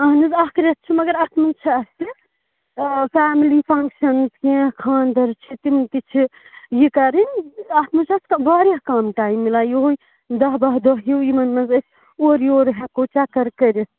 اَہَن حظ اَکھ رٮ۪تھ چھِ مگر اَتھ منٛز چھِ اَسہِ فیملی فَنٛکشَنٕز کیٚنٛہہ خانٛدَر چھِ تِم تہِ چھِ یہِ کَرٕنۍ اَتھ منٛز چھِ اَسہِ واریاہ کَم ٹایِم مِلان یُہے دہ باہہ دۄہ ہیٚو یِمَن منٛز أسۍ اورٕ یورٕ ہٮ۪کَو چَکَر کٔرِتھ